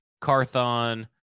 Carthon